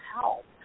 help